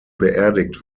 beerdigt